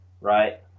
right